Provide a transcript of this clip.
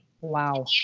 Wow